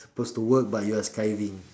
supposed to work but you're skiving